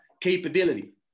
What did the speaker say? capability